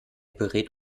berät